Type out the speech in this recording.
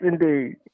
indeed